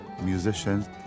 musicians